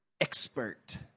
expert